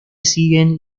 sigue